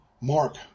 Mark